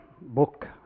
book